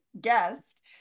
guest